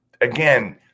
again